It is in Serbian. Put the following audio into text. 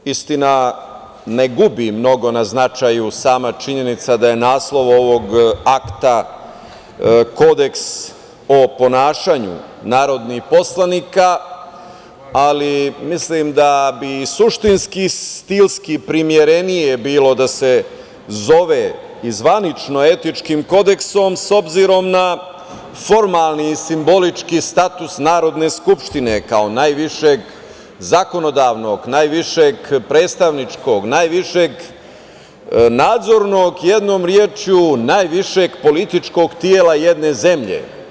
Istina, ne gubi mnogo na značaju sama činjenica da je naslov ovog akta Kodeks o ponašanju narodnih poslanika, ali mislim da bi suštinski, stilski primerenije bilo da se zove i zvanično „etičkim kodeksom“ s obzirom na formalni, simbolički status Narodne skupštine, kao najvišeg zakonodavnog, najvišeg predstavničkog, najvišeg nadzornog, jednom rečju najvišeg političkog tela jedne zemlje.